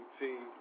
team